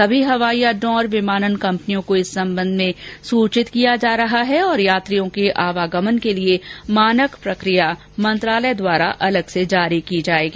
सभी हवाई अड़डों और विमानन कंपनियों को इस संबंध में सूचित किया जा रहा है और यात्रियों के आवागमन के लिए मानक प्रक्रिया मंत्रालय द्वारा अलग से जारी की जाएगी